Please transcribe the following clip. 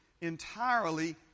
entirely